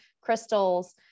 crystals